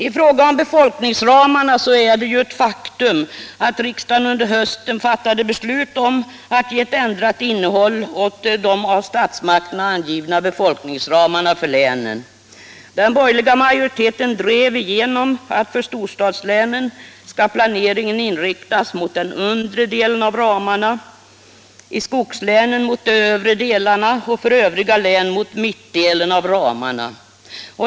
I fråga om befolkningsramarna är det ett faktum att riksdagen under hösten har fattat beslut om att ge ett ändrat innehåll åt de av statsmakterna angivna befolkningsramarna för länen. Den borgerliga majoriteten drev igenom att planeringen för storstadslänen skall inriktas mot den undre delen av ramarna, i skogslänen mot de övre delarna och för övriga län mot mittdelen av ramarna.